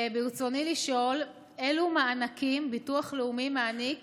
ברצוני לשאול: אילו מענקים הביטוח הלאומי מעניק